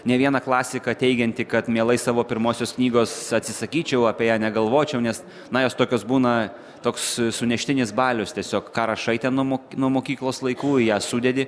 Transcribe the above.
ne vieną klasiką teigiantį kad mielai savo pirmosios knygos atsisakyčiau apie ją negalvočiau nes na jos tokios būna toks suneštinis balius tiesiog ką rašai ten nuo mok mokyklos laikų į ją sudedi